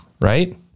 right